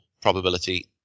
probability